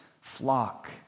flock